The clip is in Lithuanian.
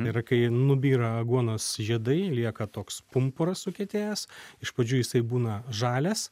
yra kai nubyra aguonos žiedai lieka toks pumpuras sukietėjęs iš pradžių jisai būna žalias